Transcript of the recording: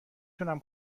تونم